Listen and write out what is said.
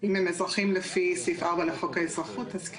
אם הם אזרחים לפי סעיף 4 לחוק האזרחות, אז כן.